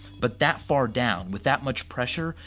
but that far down, with that much pressure,